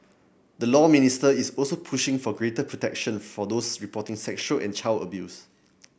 the Law Ministry is also pushing for greater protection for those reporting sexual and child abuse